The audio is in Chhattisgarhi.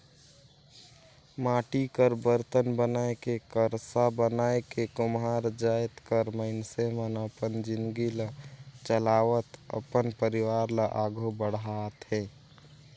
माटी कर बरतन बनाए के करसा बनाए के कुम्हार जाएत कर मइनसे मन अपन जिनगी ल चलावत अपन परिवार ल आघु बढ़ाथे